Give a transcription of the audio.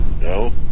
No